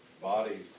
Bodies